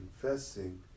confessing